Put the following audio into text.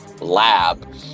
lab